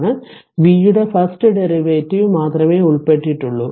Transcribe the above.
v യുടെ first derivative മാത്രമേ ഉൾപ്പെട്ടിട്ടുള്ളൂ